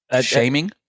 shaming